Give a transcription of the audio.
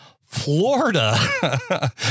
Florida